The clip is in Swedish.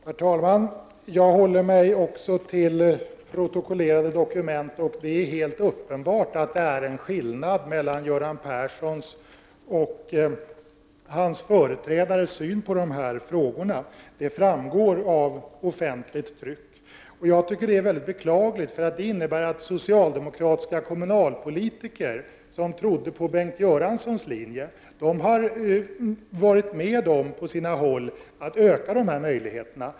Herr talman! Jag håller mig också till ”protokollerade dokument”. Det är helt uppenbart att det är skillnad mellan Göran Perssons och Bengt Göranssons syn på dessa frågor. Det framgår av offentligt tryck. Jag tycker att det är mycket beklagligt. Socialdemokratiska kommunalpolitiker, som trodde på Bengt Göranssons linje, har på sina håll varit med om att öka de här möjligheterna.